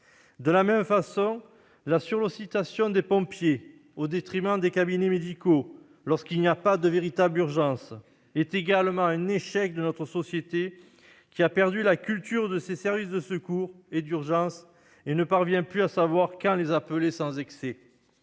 De la même façon, la sursollicitation des pompiers, au détriment des cabinets médicaux, lorsqu'il n'y a pas de véritable urgence est un échec de notre société, qui a perdu la culture de ses services de secours et d'urgence et ne parvient plus à savoir quand les appeler sans excès.